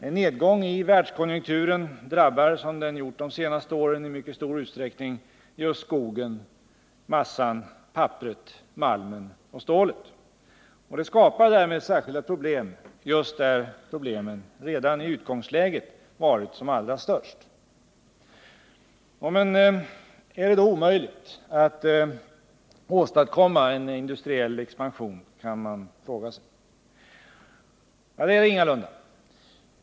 En nedgång i världskonjunkturen drabbar —- som den gjort de senaste åren —- i mycket stor utsträckning just skogen, massan, papperet, malmen och stålet, och detta skapar särskilda problem just där dessa redan i utgångsläget varit som allra störst. Men är det då omöjligt att åstadkomma en industriell expansion? kan man fråga sig. Det är det ingalunda.